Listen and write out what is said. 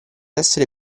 essere